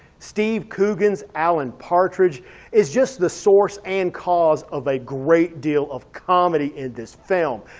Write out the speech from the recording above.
steve coogan's alan partridge is just the source and cause of a great deal of comedy in this film.